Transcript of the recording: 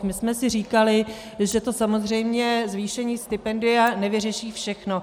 My jsme si říkali, že samozřejmě zvýšení stipendia nevyřeší všechno.